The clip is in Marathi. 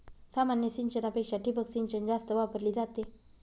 सामान्य सिंचनापेक्षा ठिबक सिंचन जास्त वापरली जाते